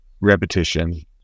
repetition